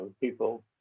people